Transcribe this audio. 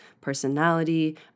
personality